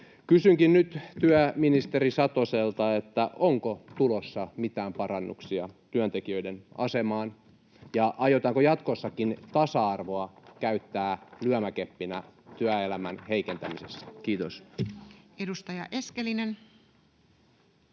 Kysynkin nyt työministeri Satoselta: onko tulossa mitään parannuksia työntekijöiden asemaan, ja aiotaanko jatkossakin tasa-arvoa käyttää lyömäkeppinä työelämän heikentämisessä? — Kiitos. [Speech